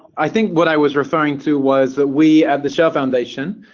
i think what i was referring to was we at the shell foundation,